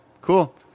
cool